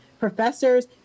professors